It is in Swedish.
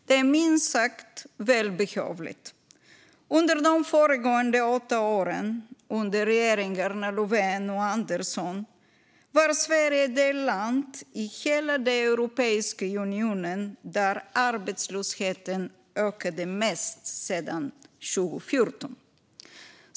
Detta är minst sagt välbehövligt. Under de åtta åren efter 2014, under regeringarna Löfven och Andersson, var Sverige det land i hela Europeiska unionen där arbetslösheten ökade mest.